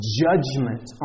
judgment